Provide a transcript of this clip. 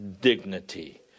dignity